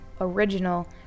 original